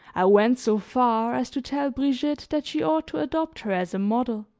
i went so far as to tell brigitte that she ought to adopt her as a model,